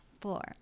four